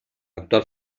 actual